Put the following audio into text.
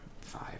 five